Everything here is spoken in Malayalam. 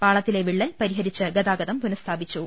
പാളത്തിലെ വിളളൽ പരിഹരിച്ച് ഗതാഗ തം പുനഃസ്ഥാപിച്ചു